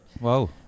Wow